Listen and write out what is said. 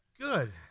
Good